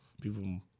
people